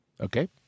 Okay